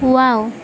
wow